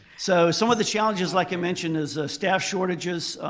so some of the challenges, like i mentioned, is staff shortages,